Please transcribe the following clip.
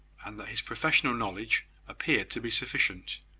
and that his professional knowledge appeared to be sufficient.